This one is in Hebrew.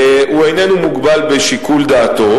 הוא איננו מוגבל בשיקול דעתו,